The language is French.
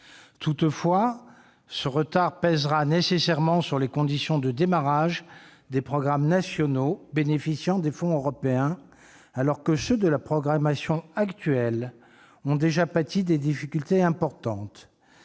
Toutefois, ce retard pèsera nécessairement sur les conditions de démarrage des programmes nationaux bénéficiant des fonds européens, alors que ceux de l'actuelle programmation ont déjà pâti de difficultés importantes.